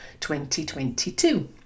2022